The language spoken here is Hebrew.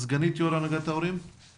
סגנית יושב-ראש הנהגת ההורים הארצית, בבקשה.